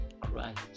Christ